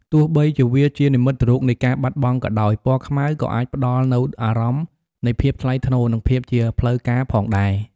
ទោះបីជាវាជានិមិត្តរូបនៃការបាត់បង់ក៏ដោយ ពណ៌ខ្មៅក៏អាចផ្តល់នូវអារម្មណ៍នៃភាពថ្លៃថ្នូរ និងភាពជាផ្លូវការផងដែរ។